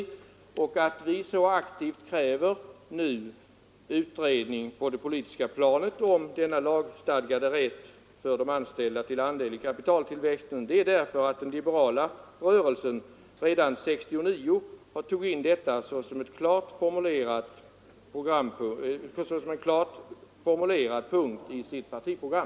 Anledningen till att vi nu så aktivt kräver utredning på det politiska planet om lagstadgad rätt för de anställda till andel i kapitaltillväxten är att den liberala rörelsen redan 1969 tog in detta som en klart formulerad punkt i sitt partiprogram.